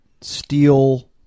steel